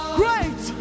great